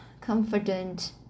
confident